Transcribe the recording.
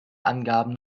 abgaben